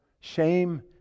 shame